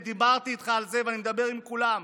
ודיברתי איתך על זה ואני מדבר עם כולם,